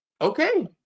Okay